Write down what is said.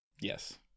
Yes